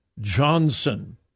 Johnson